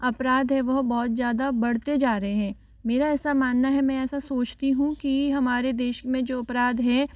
अपराध हैं वो बहुत ज़्यादा बढ़ते जा रहे हैं मेरा ऐसा मानना है मैं ऐसा सोचती हूँ कि हमारे देश में जो अपराध हैं